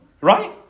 Right